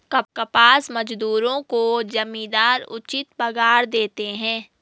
कपास मजदूरों को जमींदार उचित पगार देते हैं